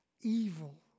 evil